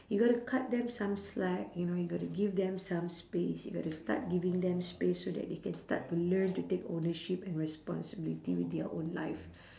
you got to cut them some slack you know you got to give them some space you got to start giving them space so that they can start to learn to take ownership and responsibility with their own life